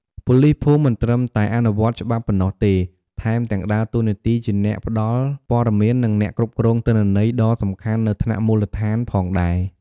ប៉ូលីសភូមិមិនត្រឹមតែអនុវត្តច្បាប់ប៉ុណ្ណោះទេ ថែមទាំងដើរតួនាទីជាអ្នកផ្តល់ព័ត៌មាន និងអ្នកគ្រប់គ្រងទិន្នន័យដ៏សំខាន់នៅថ្នាក់មូលដ្ឋានផងដែរ។